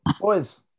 boys